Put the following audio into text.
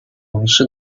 王室